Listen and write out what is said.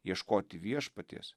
ieškoti viešpaties